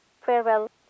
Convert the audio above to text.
Farewell